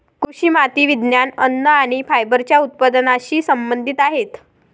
कृषी माती विज्ञान, अन्न आणि फायबरच्या उत्पादनाशी संबंधित आहेत